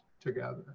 together